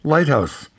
Lighthouse